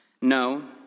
No